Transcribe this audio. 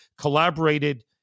collaborated